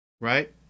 right